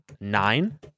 nine